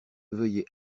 veuillez